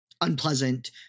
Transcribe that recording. unpleasant